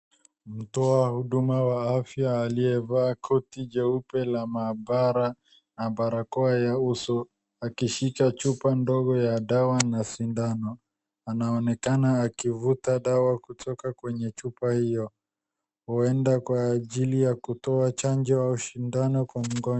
Mtu wa huduma wa afya aliyevaa koti jeupe la maabala na barakoa ya uso akishika chupa ndogo ya dawa na sindano anaonekana akivuta dawa kutoka kwenye chupa hilo, huenda kwa ajili ya kutoa chanjo au sindano kwa mgonjwa.